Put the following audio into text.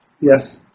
yes